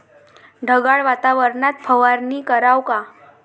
ढगाळ वातावरनात फवारनी कराव का?